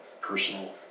personal